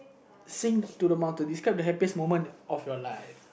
sing to the describe the happiest moment of your life